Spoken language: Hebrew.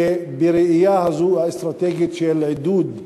בראייה הזו, האסטרטגית, של עידוד המניעה,